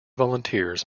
volunteers